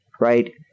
right